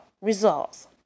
results